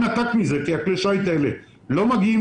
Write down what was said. הון עתק מזה כי כלי השיט האלה לא מגיעים